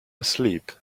asleep